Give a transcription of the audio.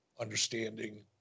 understanding